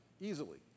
easily